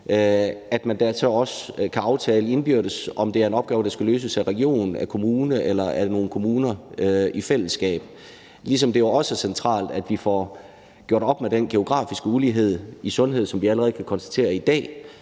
kan man dér også aftale indbyrdes, om det er en opgave, der skal løses af regionen, af kommunen eller af nogle kommuner i fællesskab, ligesom det jo også er centralt, at vi får gjort op med den geografiske ulighed i sundhed, som vi allerede kan konstatere er der